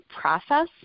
process